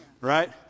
Right